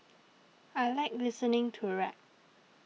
I like listening to rap